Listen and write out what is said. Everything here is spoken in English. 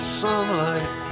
sunlight